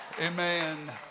Amen